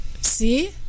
See